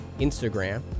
Instagram